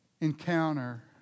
encounter